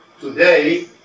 today